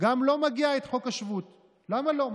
גם לו מגיע חוק השבות, למה לא?